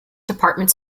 department